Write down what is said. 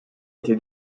été